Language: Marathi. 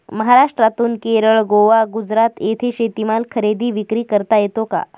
महाराष्ट्रातून केरळ, गोवा, गुजरात येथे शेतीमाल खरेदी विक्री करता येतो का?